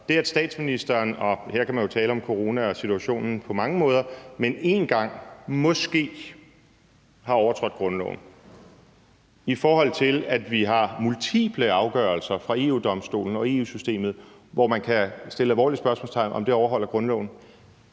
med det, at statsministeren – og her kan man jo tale om corona og situationen på mange måder – en gang, måske, har overtrådt grundloven, set i forhold til at vi har multiple afgørelser fra EU-Domstolen og EU-systemet, hvor man kan sætte alvorlige spørgsmålstegn ved, om det overholder grundloven.